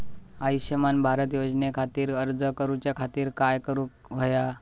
आयुष्यमान भारत योजने खातिर अर्ज करूच्या खातिर काय करुक होया?